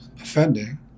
offending